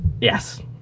Yes